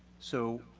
so,